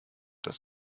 das